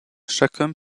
chacun